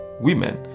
women